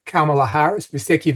kamala haris vis tiek ji